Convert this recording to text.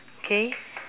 okay